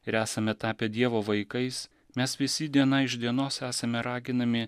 ir esame tapę dievo vaikais mes visi diena iš dienos esame raginami